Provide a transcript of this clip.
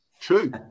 true